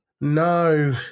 No